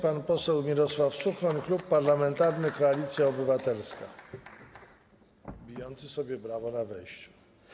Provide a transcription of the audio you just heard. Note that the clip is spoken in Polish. Pan poseł Mirosław Suchoń, Klub Parlamentarny Koalicja Obywatelska, bijący sobie brawo na wejście.